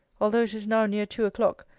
although it is now near two o'clock,